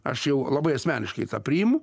aš jau labai asmeniškai tą priimu